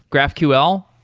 graphql.